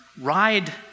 ride